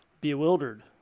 Bewildered